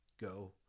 go